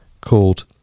called